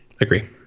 Agree